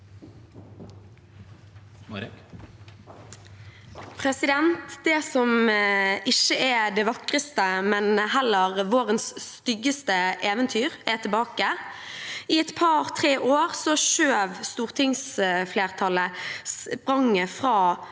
Det som ikke er det vakreste, men heller vårens styggeste eventyr, er tilbake. I et par–tre år skjøv stortingsflertallet